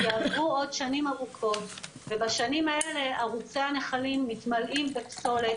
יעברו עוד שנים ארוכות ובשנים האלה ערוצי הנחלים מתמלאים בפסולת,